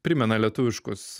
primena lietuviškus